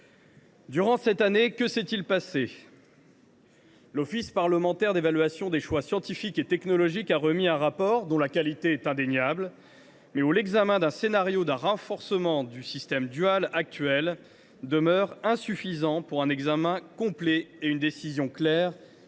Durant cette année, que s’est il passé ? L’Office parlementaire d’évaluation des choix scientifiques et technologiques a remis un rapport dont la qualité est indéniable, mais où l’examen d’un scénario d’un renforcement du système dual actuel demeure insuffisant pour un examen complet et une décision claire